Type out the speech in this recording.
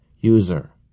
User